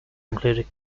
included